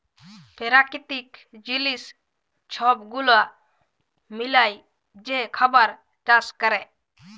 পেরাকিতিক জিলিস ছব গুলা মিলায় যে খাবার চাষ ক্যরে